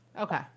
Okay